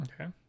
okay